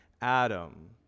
Adam